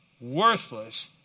worthless